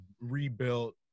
rebuilt